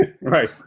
Right